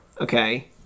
Okay